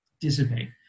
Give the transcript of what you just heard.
dissipate